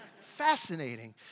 fascinating